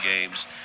games